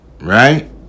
Right